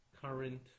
current